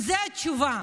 זאת התשובה,